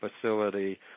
facility